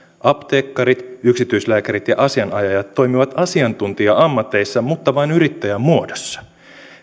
apteekkarit yksityislääkärit ja asianajajat toimivat asiantuntija ammateissa mutta vain yrittäjämuodossa